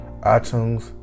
iTunes